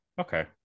okay